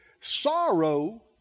sorrow